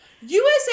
USA